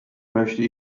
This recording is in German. möchte